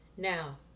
Now